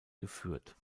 geführt